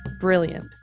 brilliant